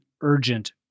urgent